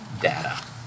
data